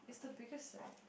it's the biggest eh